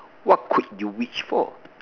what could you wish for